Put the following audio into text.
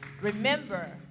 Remember